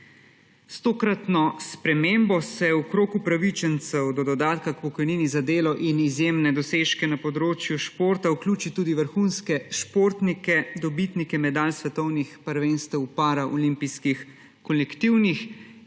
S tokratno spremembo se v krog upravičencev do dodatka k pokojnini za delo in izjemne dosežke na področju športa vključi tudi vrhunske športnike, dobitnike medalj s svetovnih prvenstev v paraolimpijskih kolektivnih